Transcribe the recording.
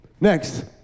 Next